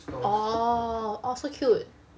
orh orh so cute